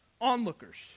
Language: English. onlookers